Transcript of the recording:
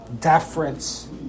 deference